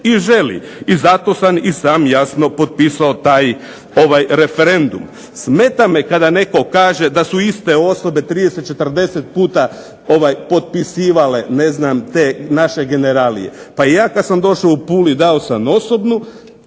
i želi i zato sam i sam jasno potpisao taj, ovaj referendum. Smeta me kad netko kaže da su iste osobe 30, 40 puta potpisivale ne znam te naše generalije. Pa ja kad sam došao u Puli dao sam osobnu.